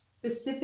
specific